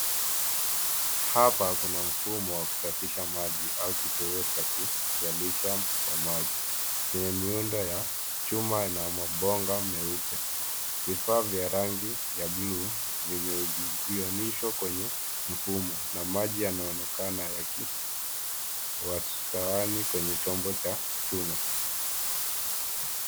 Hapa kuna mfumo wa kusafisha maji au kituo cha kuzalisha kwa maji, chenye miundo ya chuma na mabonga meupe. Vifaa vya rangi vya buluu, vimeunganishwa kwenye mfumo na maji yanaonekana yakiwasahani kwenye chombo cha chuma.